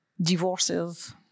divorces